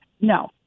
No